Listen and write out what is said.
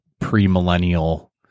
pre-millennial